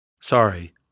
Sorry